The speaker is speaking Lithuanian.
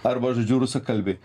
arba žodžiu rusakalbiai